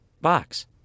box